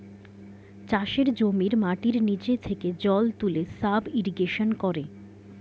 চাষের জমির মাটির নিচে থেকে জল তুলে সাব ইরিগেশন করে